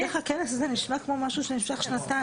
איך הכנס הזה נשמע כמו משהו שנמשך שנתיים?